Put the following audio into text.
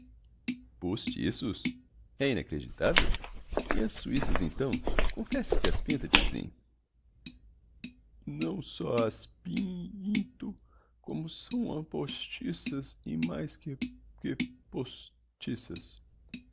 alexandrovitch postiços é inacreditavel e as suissas então confesse que as pinta tiozinho não só as pin into como são postiças e mais que que